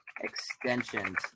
extensions